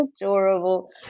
adorable